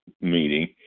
meeting